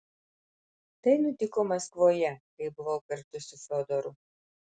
tai nutiko maskvoje kai buvau kartu su fiodoru